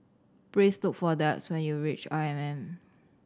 please look for Dax when you reach I M M